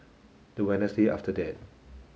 the after that